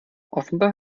offenbar